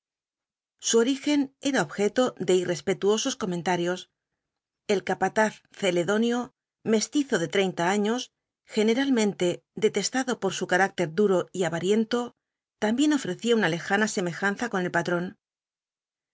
su origen era objeto de irrespetuosos comentarios el capataz celedonio mestizo de treinta años generalmente detestado por su calácter duro y avariento también ofrecía una lejana semejanza con el patrón